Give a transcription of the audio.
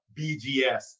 BGS